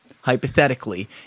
hypothetically